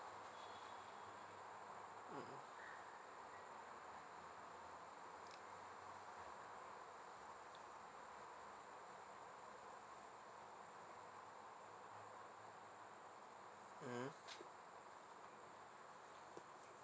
mm mmhmm